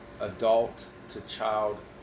adult-to-child